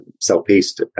self-paced